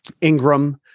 Ingram